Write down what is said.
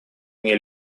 мне